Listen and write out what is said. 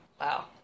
Wow